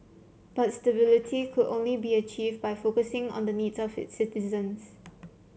but stability could only be achieved by focusing on the needs of its citizens